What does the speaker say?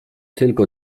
tylko